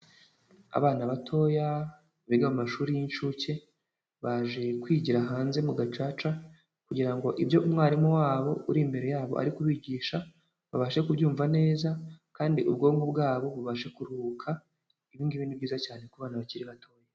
Abana batoya biga mu mashuri y'inshuke baje kwigira hanze mu gacaca, kugira ngo ibyo umwarimu wabo uri imbere yabo ari kubigisha babashe kubyumva neza kandi ubwonko bwabo bubashe kuruhuka, ibi ngibi ni byiza cyane kubana bakiri bato.